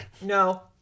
No